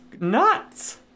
nuts